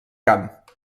camp